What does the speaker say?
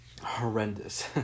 Horrendous